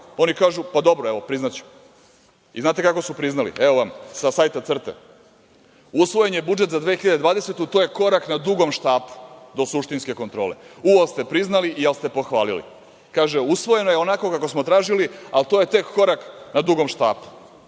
Oni kažu – pa, dobro, evo priznaćemo. Znate kako su priznali? Evo vam sa sajta „Crte“ – usvojen je budžet za 2020. godinu, to je korak na dugom štapu do suštinske kontrole. U al' ste priznali i al' ste pohvalili. Kaže – usvojeno je onako kako smo tražili, ali to je tek korak na dugom štapu.